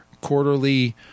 quarterly